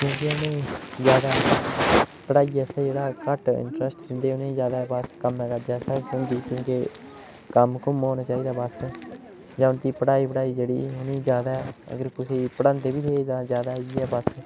क्योंकि उ'नें जादा पढ़ाई आस्तै जेह्ड़ा घट्ट इंटरस्ट दिंदे न जादै उ'नें गी बस कम्मै काजे च कम्म कुम्म होने चाहिदे बस जां उं'दी पढ़ाई जेह्ड़ी अगर जादै कुसै ई पढांदे बी ते जादै इ'यै बस